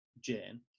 Jane